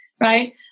right